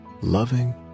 loving